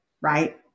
right